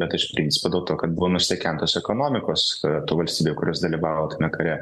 bet iš principo dėl to kad buvo nustekentos ekonomikos tų valstybių kurios dalyvavo tame kare